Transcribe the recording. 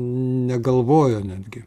negalvojo netgi